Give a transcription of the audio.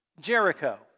Jericho